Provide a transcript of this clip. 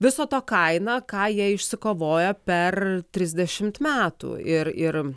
viso to kaina ką jie išsikovojo per trisdešimt metų ir ir